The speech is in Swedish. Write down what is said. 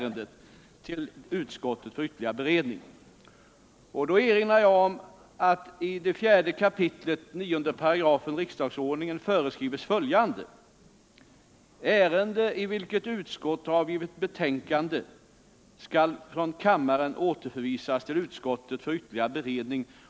Under överläggningen har yrkats bifall till 1:0) utskottets hemställan, 2:0) det av Jörn Svensson under överläggningen framställda yrkandet samt 3:0) det av Birgitta Dahl framställda yrkandet om återförvisning av ärendet till utskottet för ytterligare beredning.